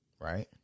Right